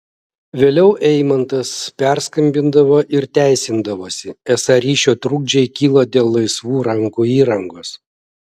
vėliau eimantas perskambindavo ir teisindavosi esą ryšio trukdžiai kyla dėl laisvų rankų įrangos